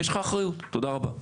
תודה רבה.